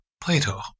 Plato